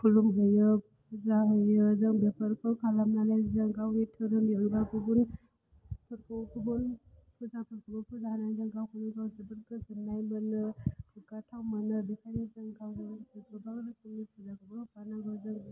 खुलुमहैयो फुजा होयो जों बेफोरखौ खालामनानै जों गावनि धोरोमनि अनगा गुबुनफोरखौ गुबुन फुजाफोरखौ फुजा होनायजों गावखौनो गाव जोबोद गोजोननाय मोनो गोग्गाथाव मोनो बेखायनो जों गावनि जेसेबां रोखोमनि फुजाफोर दं होनानै जों